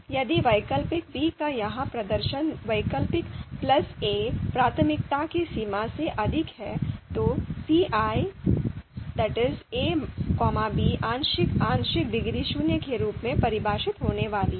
यदि alternative 'b' का यह प्रदर्शन alternative plus a 'प्राथमिकता की सीमा से अधिक है तो ci a b आंशिक आंशिक डिग्री शून्य के रूप में परिभाषित होने वाली है